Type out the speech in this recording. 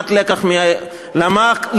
אוי לה למנהיגות שלא מסתכלת לעתיד.